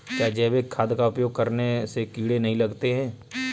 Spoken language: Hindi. क्या जैविक खाद का उपयोग करने से कीड़े नहीं लगते हैं?